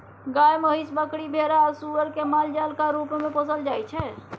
गाय, महीस, बकरी, भेरा आ सुग्गर केँ मालजालक रुप मे पोसल जाइ छै